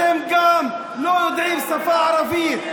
אתם גם לא יודעים ערבית,